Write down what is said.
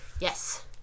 Yes